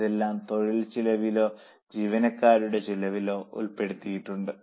ഇതെല്ലാം തൊഴിൽ ചെലവിലോ ജീവനക്കാരുടെ ചെലവിലോ ഉൾപ്പെടുത്തിയിട്ടുണ്ട്